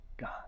God